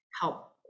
help